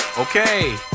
Okay